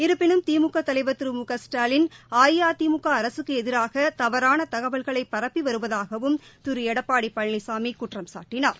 இருப்பினும் திமுக தலைவர் திரு மு க ஸ்டாலின அஇஅதிமுக அரசுக்கு எதிராக தவறான தகவல்களை பரப்பி வருவதாகவும் திரு எடப்பாடி பழனிசாமி குற்றம்சாட்டினார்